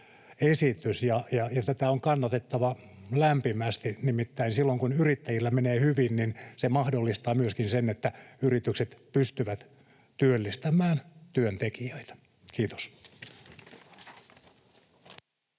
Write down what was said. tätä on kannatettava lämpimästi, nimittäin silloin kun yrittäjillä menee hyvin, niin se mahdollistaa myöskin sen, että yritykset pystyvät työllistämään työntekijöitä. — Kiitos.